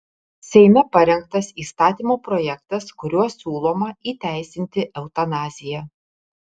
seime parengtas įstatymo projektas kuriuo siūloma įteisinti eutanaziją